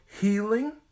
healing